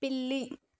పిల్లి